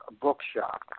bookshop